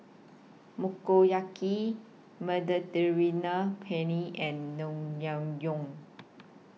Motoyaki Mediterranean Penne and Naengmyeon